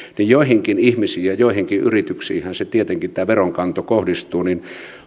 ja joihinkin ihmisiinhän ja yrityksiinhän tietenkin tämä veronkanto kohdistuu